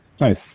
Nice